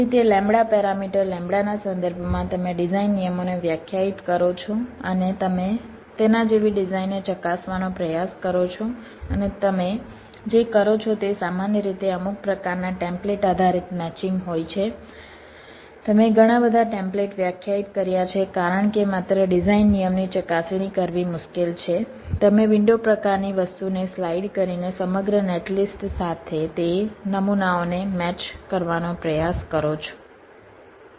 તેથી તે lambda parameter લેમ્બડાના સંદર્ભમાં તમે ડિઝાઇન નિયમોને વ્યાખ્યાયિત કરો છો અને તમે તેના જેવી ડિઝાઇનને ચકાસવાનો પ્રયાસ કરો છો અને તમે જે કરો છો તે સામાન્ય રીતે અમુક પ્રકારના ટેમ્પલેટ આધારિત મેચિંગ હોય છે તમે ઘણા બધા ટેમ્પલેટ વ્યાખ્યાયિત કર્યા છે કારણ કે માત્ર ડિઝાઇન નિયમની ચકાસણી કરવી મુશ્કેલ છે તમે વિન્ડો પ્રકારની વસ્તુને સ્લાઇડ કરીને સમગ્ર નેટલિસ્ટ સાથે તે નમૂનાઓને મેચ કરવાનો પ્રયાસ કરો છો